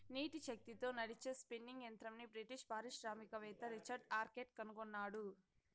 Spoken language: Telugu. నీటి శక్తితో నడిచే స్పిన్నింగ్ యంత్రంని బ్రిటిష్ పారిశ్రామికవేత్త రిచర్డ్ ఆర్క్రైట్ కనుగొన్నాడు